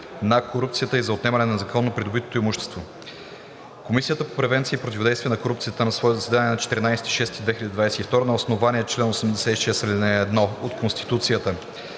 на корупцията и за отнемане на незаконно придобитото имущество Комисията по превенция и противодействие на корупцията на свое заседание на 14 юни 2022 г. на основание чл. 86, ал. 1 от Конституцията